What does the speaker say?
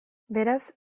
beraz